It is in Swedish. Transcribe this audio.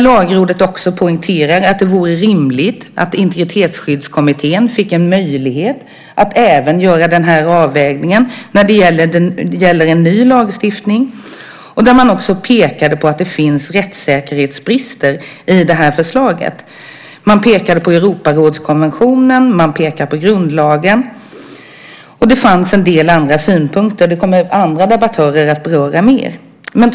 Lagrådet poängterar också att det vore rimligt att Integritetsskyddskommittén fick möjlighet att göra den avvägningen när det gäller ny lagstiftning. Vidare pekar Lagrådet på att det finns rättssäkerhetsbrister i förslaget. Man hänvisar till Europarådskonventionen och till grundlagen. Det finns en del ytterligare synpunkter, vilket kommer att tas upp av andra debattörer.